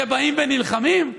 שבאים ונלחמים.